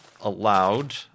allowed